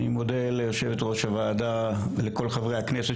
אני מודה ליושבת-ראש הוועדה ולכל חברי הכנסת